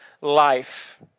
life